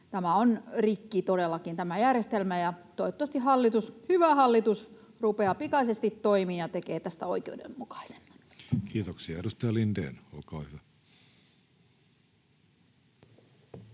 Tämä järjestelmä on todellakin rikki, ja toivottavasti hallitus, hyvä hallitus, rupeaa pikaisesti toimiin ja tekee tästä oikeudenmukaisemman. Kiitoksia. — Edustaja Lindén, olkaa hyvä.